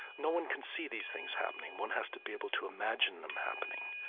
no one can see these things happening. one has to be able to imagine them happening.